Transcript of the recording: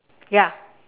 ya